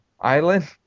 island